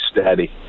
steady